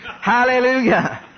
Hallelujah